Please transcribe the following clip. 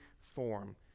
form